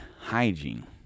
hygiene